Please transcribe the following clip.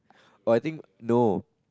oh I think no